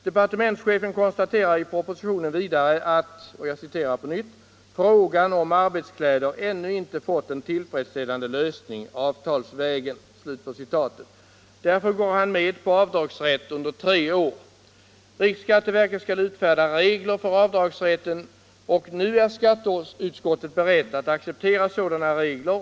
Departementschefen konstaterar i propositionen vidare att ”frågan om arbetskläder ännu inte fått en tillfredsställande lösning avtalsvägen”. Därför går han med på avdragsrätt under tre år. Riksskatteverket skall utfärda regler för avdragsrätten, och nu är skatteutskottet berett att acceptera sådana regler.